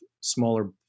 smaller